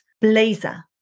blazer